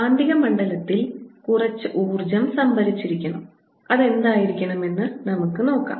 കാന്തിക മണ്ഡലത്തിൽ കുറച്ച് ഊർജ്ജം സംഭരിച്ചിരിക്കണം അത് എന്തായിരിക്കണം എന്ന് നമുക്ക് നോക്കാം